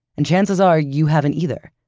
and chances are you haven't either.